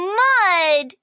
mud